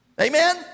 Amen